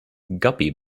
guppy